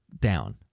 down